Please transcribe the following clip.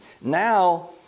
Now